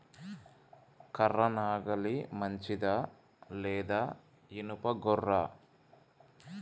కర్ర నాగలి మంచిదా లేదా? ఇనుప గొర్ర?